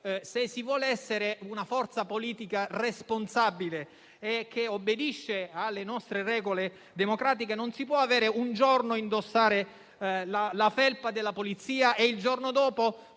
se si vuole essere una forza politica responsabile, che obbedisce alle nostre regole democratiche, non si può un giorno indossare la felpa della Polizia e il giorno dopo